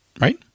Right